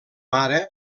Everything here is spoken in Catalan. mare